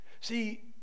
See